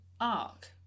arc